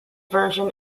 version